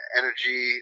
energy